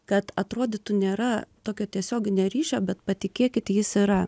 kad atrodytų nėra tokio tiesioginio ryšio bet patikėkit jis yra